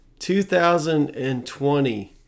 2020